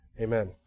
Amen